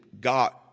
God